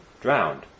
drowned